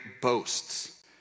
boasts